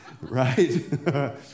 right